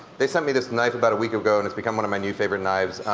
they sent me this knife about a week ago and it's become one of my new favorite knives.